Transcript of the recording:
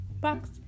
box